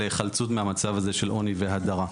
להיחלצות של המצב הזה של עוני והדרה.